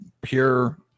pure